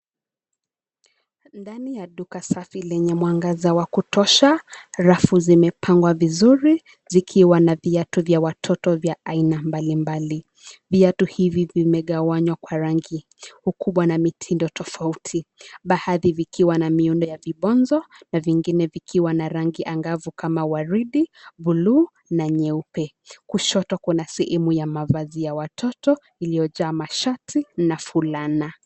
Ndani ya duka safi lenye mwangaza wa kutosha, rafu zimepangwa vizuri zikiwa na viatu vya watoto vya aina mbalimbali. Viatu hivi vimegawanywa kwa rangi, ukubwa na mitindo tofauti baadhi vikiwa na miundo ya vibonzo na vingine vikiwa na rangi angavu kama waridi, buluu na nyeupe. Kushoto kuna sehemu ya mavazi ya watoto iliyojaa mashati na fulani.